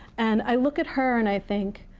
and i look at her, and i think,